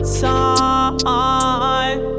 time